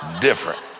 different